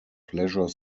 pleasure